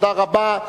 תודה רבה.